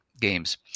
games